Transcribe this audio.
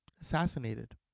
assassinated